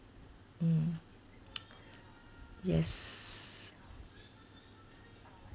mm yes